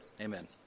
Amen